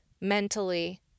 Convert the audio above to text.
mentally